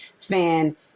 fan